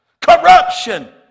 corruption